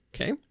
Okay